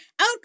Out